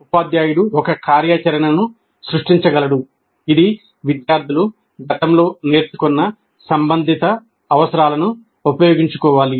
ఉపాధ్యాయుడు ఒక కార్యాచరణను సృష్టించగలడు ఇది విద్యార్థులు గతంలో నేర్చుకున్న సంబంధిత అవసరాలను ఉపయోగించుకోవాలి